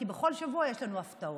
כי בכל שבוע יש לנו הפתעות.